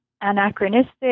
anachronistic